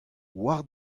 war